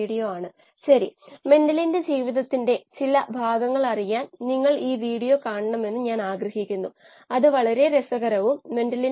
ഡാറ്റയിൽ DO level വർദ്ധിക്കുകയും സ്ഥിരമായ വില 1